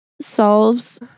solves